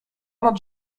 nad